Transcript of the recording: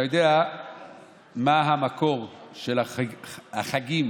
אתה יודע מה המקור של החגים